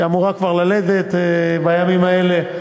שאמורה ללדת בימים האלה,